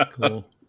Cool